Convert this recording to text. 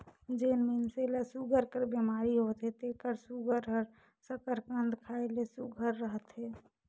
जेन मइनसे ल सूगर कर बेमारी होथे तेकर सूगर हर सकरकंद खाए ले सुग्घर रहथे